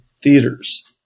theaters